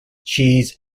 cheese